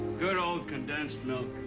good old condensed milk.